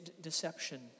deception